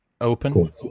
Open